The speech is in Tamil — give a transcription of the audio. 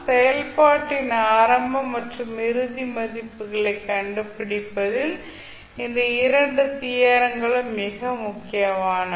செயல்பாட்டின் ஆரம்ப மற்றும் இறுதி மதிப்புகளைக் கண்டுபிடிப்பதில் இந்த இரண்டு தியரங்கள் மிக முக்கியமானவை